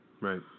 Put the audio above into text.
right